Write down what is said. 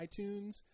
iTunes